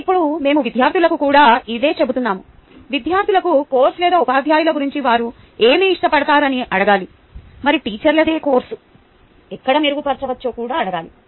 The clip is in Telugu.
ఇప్పుడు మేము విద్యార్థులకు కూడా ఇదే చెబుతున్నాము విద్యార్థులకు కోర్సు లేదా ఉపాధ్యాయుల గురించి వారు ఏమి ఇష్టపడతారని అడగాలి మరియు టీచర్ లేదా కోర్సు ఎక్కడ మెరుగుపరచవచ్చో కూడా అడగాలి